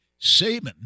Saban